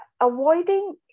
avoiding